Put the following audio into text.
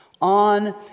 on